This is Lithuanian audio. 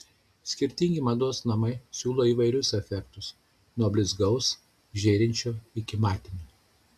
skirtingi mados namai siūlo įvairius efektus nuo blizgaus žėrinčio iki matinio